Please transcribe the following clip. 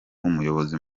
umuyobozi